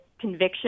conviction